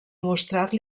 mostrar